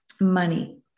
money